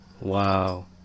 wow